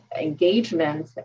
engagement